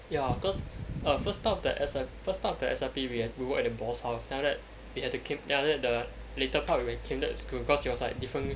ya cause err first part of the S I first part of the S_I_P we were we worked at the boss' house then after that we had to come then after that the later part we had to come back to school because it was like different